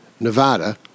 Nevada